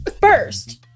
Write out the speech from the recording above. first